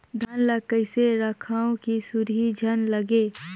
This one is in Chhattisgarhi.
धान ल कइसे रखव कि सुरही झन लगे?